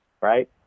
right